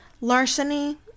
larceny